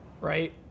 Right